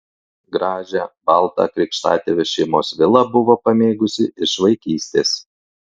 gražią baltą krikštatėvio šeimos vilą buvo pamėgusi iš vaikystės